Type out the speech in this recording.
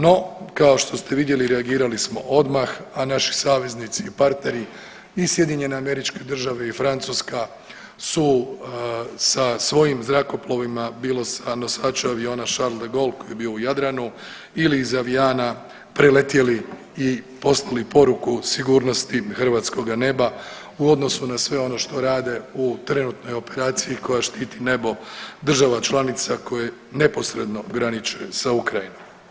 No kao što ste vidjeli reagirali smo odmah, a naši saveznici i partneri i SAD i Francuska su sa svojim zrakoplovima bilo sa nosači aviona Charles de Gaulle koji je bio u Jadranu ili … [[Govornik se ne razumije]] preletjeli i poslali poruku sigurnosti hrvatskoga neba u odnosu na sve ono što rade u trenutnoj operaciji koja štiti nebo država članica koje neposredno graniče sa Ukrajinom.